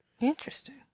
Interesting